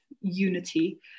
unity